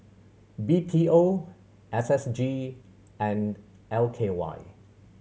B T O S S G and L K Y